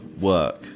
work